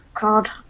God